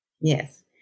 Yes